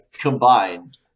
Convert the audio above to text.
combined